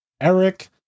Eric